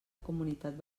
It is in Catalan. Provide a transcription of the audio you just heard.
comunitat